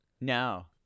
No